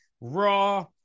raw